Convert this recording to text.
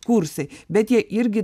kursai bet jie irgi